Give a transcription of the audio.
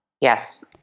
Yes